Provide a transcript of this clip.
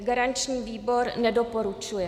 Garanční výbor nedoporučuje.